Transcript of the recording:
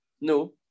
No